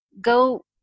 go